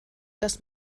dass